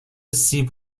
سیب